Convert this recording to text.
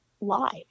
live